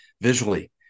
visually